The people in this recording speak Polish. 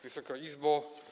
Wysoka Izbo!